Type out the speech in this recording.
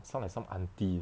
sound like some auntie